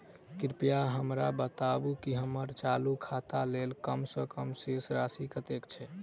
कृपया हमरा बताबू की हम्मर चालू खाता लेल कम सँ कम शेष राशि कतेक छै?